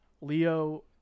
Leo